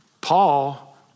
Paul